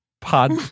Pod